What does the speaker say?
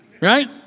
Right